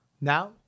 Now